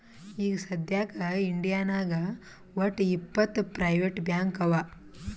ಈಗ ಸದ್ಯಾಕ್ ಇಂಡಿಯಾನಾಗ್ ವಟ್ಟ್ ಇಪ್ಪತ್ ಪ್ರೈವೇಟ್ ಬ್ಯಾಂಕ್ ಅವಾ